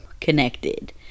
connected